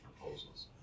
proposals